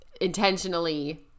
intentionally